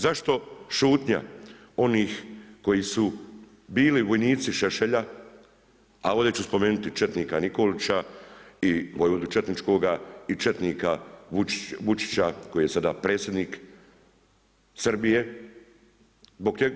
Zašto šutnja onih koji su bili vojnici Šešelja, a ovdje ću spomenuti četnika Nikolića i vojvodu četničkoga i četnika Vučića koji je sada predsjednik Srbije.